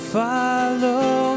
follow